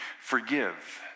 forgive